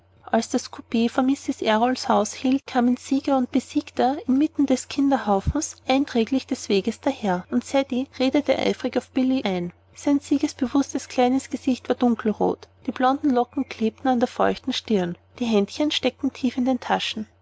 als das coup vor mrs errols hause hielt kamen sieger und besiegter inmitten des kinderhaufens einträchtiglich des weges daher und cedrik redete eifrig auf billy williams ein sein siegesbewußtes kleines gesicht war dunkelrot die blonden locken klebten an der feuchten stirn die händchen steckten tief in den taschen